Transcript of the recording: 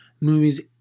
movies